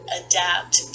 adapt